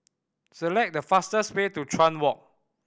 select the fastest way to Chuan Walk